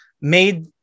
made